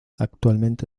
actualmente